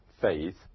faith